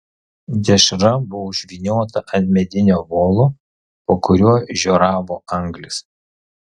dešra buvo užvyniota ant medinio volo po kuriuo žioravo anglys